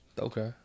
Okay